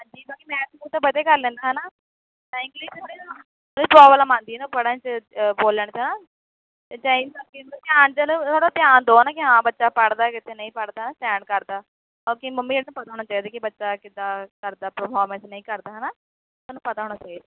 ਹਾਂਜੀ ਬਾਕੀ ਮੈਥ ਮੂਥ ਤਾਂ ਵਧੀਆ ਕਰ ਲੈਂਦਾ ਹੈ ਨਾ ਤਾਂ ਇੰਗਲਿਸ਼ 'ਚ ਥੋੜ੍ਹਾ ਜਿਹਾ ਇਹਨੂੰ ਪ੍ਰੋਬਲਮ ਆਉਂਦੀ ਇਹਨੂੰ ਪੜ੍ਹਨ 'ਚ ਬੋਲਣ 'ਚ ਧਿਆਨ ਥੋੜ੍ਹਾ ਧਿਆਨ ਦਿਓ ਹੈ ਨਾ ਕਿ ਹਾਂ ਬੱਚਾ ਪੜ੍ਹਦਾ ਕਿਤੇ ਨਹੀਂ ਪੜ੍ਹਦਾ ਧਿਆਨ ਕਰਦਾ ਕਿਉਂਕਿ ਮੰਮੀ ਨੂੰ ਤਾਂ ਪਤਾ ਹੋਣਾ ਚਾਹੀਦਾ ਕਿ ਬੱਚਾ ਕਿੱਦਾਂ ਕਰਦਾ ਪ੍ਰਫੋਰਮੈਸ ਨਹੀਂ ਕਰਦਾ ਹੈ ਨਾ ਤੁਹਾਨੂੰ ਪਤਾ ਹੋਣਾ ਚਾਹੀਦਾ